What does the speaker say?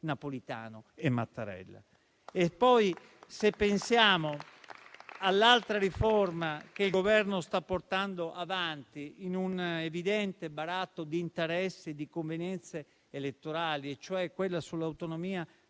Napolitano e Mattarella. Se poi pensiamo all'altra riforma che il Governo sta portando avanti in un evidente baratto di interessi e di convenienze elettorali, e cioè quella sull'autonomia